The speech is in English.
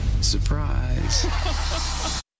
Surprise